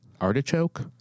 artichoke